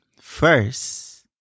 first